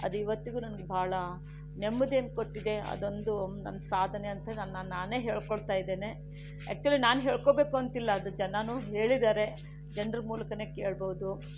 ಅದು ಇವತ್ತಿಗೂ ನನಗೆ ಬಹಳ ನೆಮ್ಮದಿಯನ್ನು ಕೊಟ್ಟಿದೆ ಅದೊಂದು ನನ್ನ ಸಾಧನೆ ಅಂತ ನನ್ನ ನಾನೇ ಹೇಳ್ಕೊಳ್ತಾ ಇದ್ದೇನೆ ಆ್ಯಕ್ಚುಲಿ ನಾನು ಹೇಳ್ಕೊಬೇಕು ಅಂತಿಲ್ಲ ಅದು ಜನಾನು ಹೇಳಿದ್ದಾರೆ ಜನರ ಮೂಲಕವೇ ಕೇಳಬಹುದು